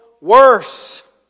worse